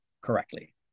correctly